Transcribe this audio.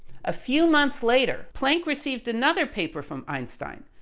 a few months later, planck received another paper from einstein,